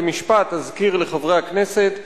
במשפט אני אזכיר לחברי הכנסת.